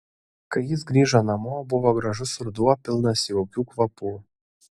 kai jis grįžo namo buvo gražus ruduo pilnas jaukių kvapų